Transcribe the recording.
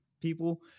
people